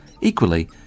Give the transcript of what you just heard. Equally